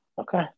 Okay